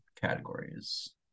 categories